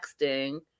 texting